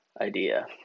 idea